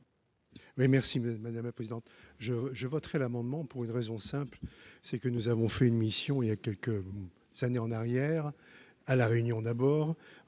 merci madame la présidente, je je voterai l'amendement pour une raison simple, c'est que nous avons fait une mission il y a quelques ça n'en arrière à la réunion d'abord